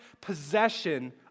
possession